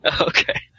Okay